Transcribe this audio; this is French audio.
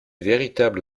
véritable